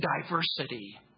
diversity